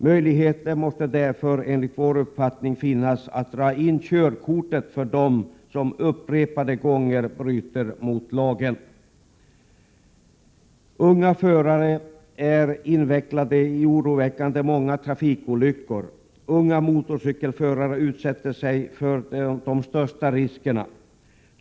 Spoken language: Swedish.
Möjligheter måste därför enligt vår uppfattning finnas att dra in körkortet för dem som upprepade gånger bryter mot lagen. Unga förare är invecklade i oroväckande många trafikolyckor. Unga motorcykelförare utsätter sig för de största riskerna.